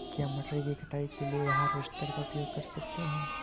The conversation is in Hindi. क्या मटर की कटाई के लिए हार्वेस्टर का उपयोग कर सकते हैं?